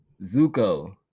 Zuko